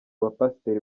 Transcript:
bapasiteri